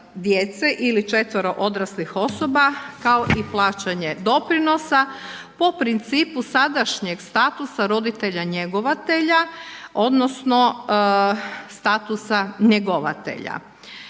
ili četvero odraslih osoba, kao i plaćanje doprinosa po principu sadašnjeg statusa roditelja-njegovatelja odnosno statusa njegovatelja.